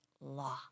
law